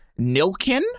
Nilkin